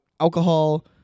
Alcohol